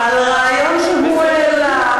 על רעיון שהוא העלה.